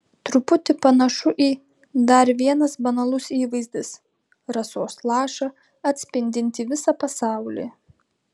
truputį panašu į dar vienas banalus įvaizdis rasos lašą atspindintį visą pasaulį